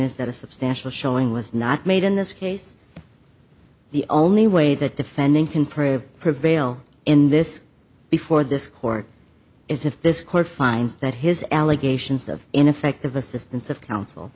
is that a substantial showing was not made in this case and the only way that defending can prove prevail in this before this court is if this court finds that his allegations of ineffective assistance of coun